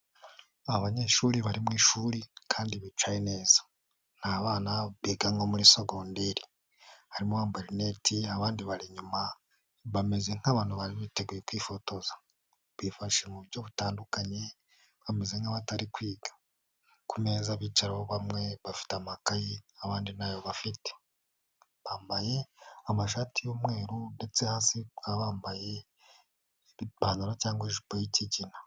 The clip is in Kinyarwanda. Aba banyeshuri bari mu ishuri kandi bicaye neza ni abana biga nko muri sogonderi, harimo abambaye linete abandi bari inyuma bameze nk'abantu bari biteguye kwifotoza bifashe mu buryo butandukanye bameze nk'abatari kwiga ku meza bicaro bamwe bafite amakayi abandi ntayo bafite, bambaye amashati y'umweru ndetse hasi bakaba bambaye ipantaro cyangwa ijipo y'ikigina.